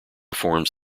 forms